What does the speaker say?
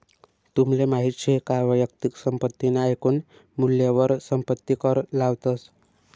तुमले माहित शे का वैयक्तिक संपत्ती ना एकून मूल्यवर संपत्ती कर लावतस